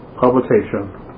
publication